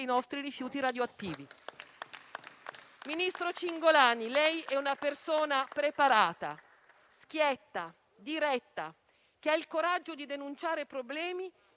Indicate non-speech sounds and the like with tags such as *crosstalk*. dei nostri rifiuti radioattivi. *applause* Ministro Cingolani, lei è una persona preparata, schietta, diretta, che ha il coraggio di denunciare i problemi,